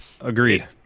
Agreed